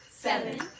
seven